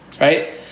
right